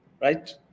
Right